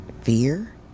fear